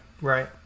right